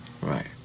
right